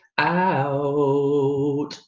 out